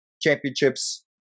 championships